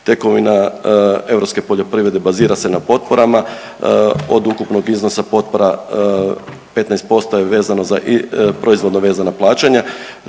Tekovina europske poljoprivrede bazira se na potporama. Od ukupnog iznosa potpora 15% je vezano za proizvodno vezana plaćanja.